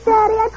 Daddy